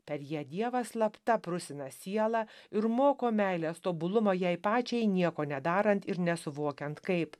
per ją dievas slapta prusina sielą ir moko meilės tobulumo jai pačiai nieko nedarant ir nesuvokiant kaip